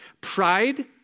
Pride